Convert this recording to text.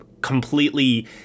completely